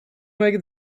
make